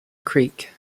creek